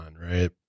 right